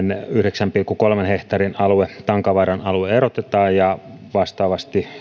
yhdeksän pilkku kolmen hehtaarin alue tankavaaran alue erotetaan ja vastaavasti